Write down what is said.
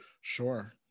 Sure